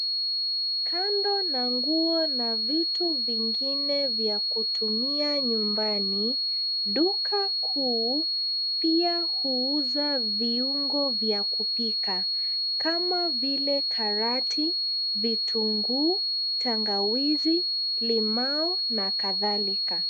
Kando na nguo na vitu vingine vya kutumia nyumbani, duka kuu pia huuza viungo vya kupika kama vile karoti, vitunguu, tangawizi, limau, na kadhalika.